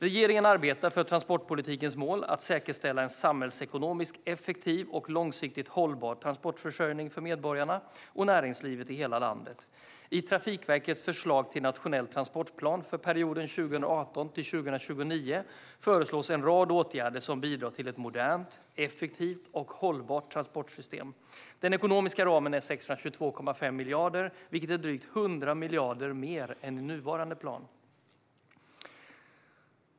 Regeringen arbetar för transportpolitikens mål att säkerställa en samhällsekonomiskt effektiv och långsiktigt hållbar transportförsörjning för medborgarna och näringslivet i hela landet. I Trafikverkets förslag till nationell transportplan för perioden 2018-2029 föreslås en rad åtgärder som bidrar till ett modernt, effektivt och hållbart transportsystem. Den ekonomiska ramen är 622,5 miljarder kronor, vilket är drygt 100 miljarder mer än nuvarande plan.